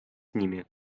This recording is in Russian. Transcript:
ними